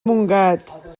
montgat